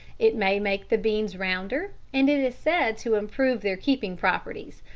it may make the beans rounder, and it is said to improve their keeping properties,